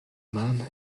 man